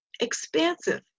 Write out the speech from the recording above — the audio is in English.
expansive